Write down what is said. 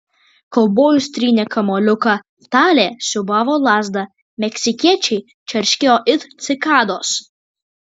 kaubojus trynė kamuoliuką talė siūbavo lazdą meksikiečiai čerškėjo it cikados